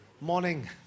morning